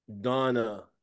Donna